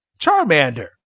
Charmander